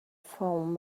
fallen